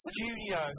Studio